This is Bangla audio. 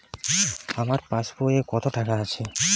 আমার পাসবই এ কত টাকা আছে?